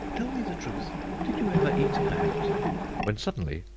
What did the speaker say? tell me the truth did you ever eat a bat when suddenly,